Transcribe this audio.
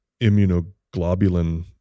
immunoglobulin